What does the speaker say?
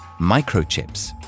Microchips